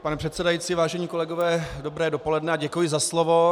Pane předsedající, vážení kolegové, dobré dopoledne a děkuji za slovo.